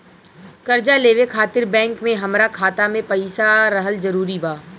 कर्जा लेवे खातिर बैंक मे हमरा खाता मे पईसा रहल जरूरी बा?